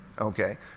Okay